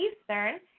Eastern